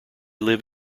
live